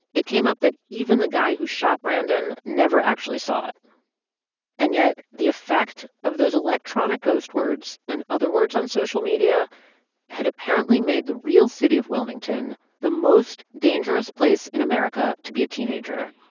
it came up that even the guy who shot brandon never actually saw it and yet the effect of those electronic ghost words and other words on social media had apparently made the real city of wilmington the most dangerous place in america to be a teenager.